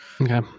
Okay